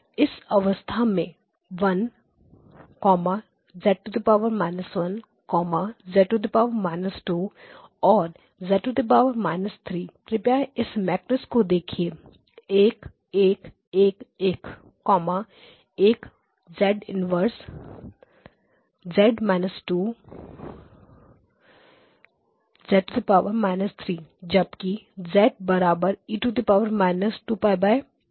इस अवस्था में मैं 1 z−1 z−2 and z−3 कृपया इस मैट्रिक्स को देखिए 1111 1 W−1 W −2 W −3 जबकि W e 2π4